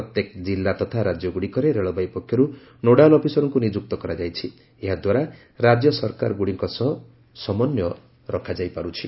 ପ୍ରତ୍ୟେକ ଜିଲ୍ଲା ତଥା ରାଜ୍ୟଗୁଡ଼ିକରେ ରେଳବାଇ ପକ୍ଷରୁ ନୋଡାଲ୍ ଅଫିସରଙ୍କୁ ନିଯୁକ୍ତ କରାଯାଇଛି ଯାହାଦ୍ୱାରା ରାଜ୍ୟ ସରକାରଗୁଡ଼ିକ ସହ ସମନ୍ୱୟ ଆଣିବାରେ ସହାୟକ ହେଉଛି